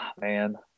Man